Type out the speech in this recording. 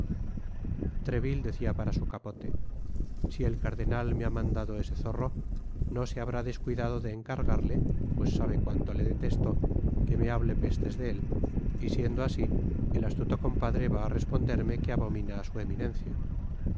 from google book search generated at si el cardenal me ha mandado ese zorro no se habrá descuidado de encargarle pues sabe cuanto le detesto que me hable pestes de él y siendo asi el astuto compadre va á responderme que abomina á su eminencia